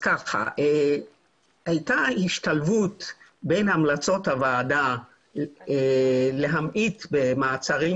הייתה השתלבות בין המלצות הוועדה להמעיט במעצרים,